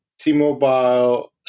T-Mobile